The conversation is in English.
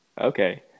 Okay